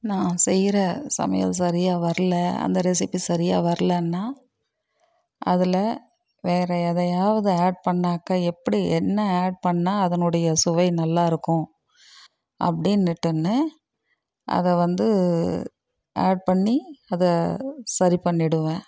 நான் செய்ற சமையல் சரியாக வரல அந்த ரெசிப்பி சரியாக வரலன்னா அதில் வேறு எதையாவது ஆட் பண்ணாக்கா அப்படி என்ன ஆட் பண்ணால் அதனுடைய சுவை நல்லா இருக்கும் அப்படின்னுட்டுன்னு அதை வந்து ஆட் பண்ணி அதை சரி பண்ணிவிடுவேன்